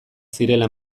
zirela